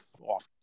off